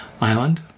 island